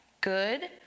Good